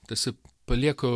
tarsi palieka